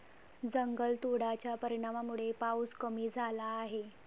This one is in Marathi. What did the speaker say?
जंगलतोडाच्या परिणामामुळे पाऊस कमी झाला आहे